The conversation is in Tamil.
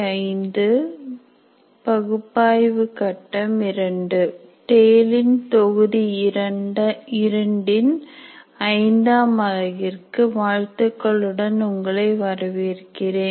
டேலின் தொகுதி இரண்டின் ஐந்தாம் அலகிற்கு வாழ்த்துக்களுடன் உங்களை வரவேற்கிறேன்